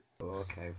Okay